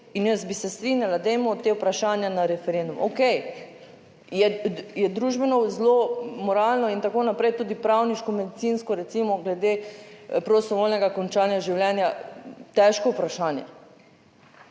in jaz bi se strinjala, dajmo ta vprašanja na referendum, okej, je družbeno zelo moralno in tako naprej, tudi pravniško, medicinsko recimo glede prostovoljnega končanja življenja, težko vprašanje,